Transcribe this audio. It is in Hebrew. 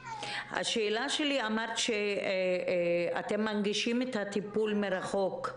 אמרת שאתם מנגישים את הטיפול מרחוק.